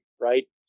right